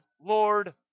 Lord